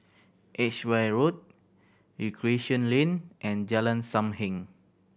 Edgeware Road Recreation Lane and Jalan Sam Heng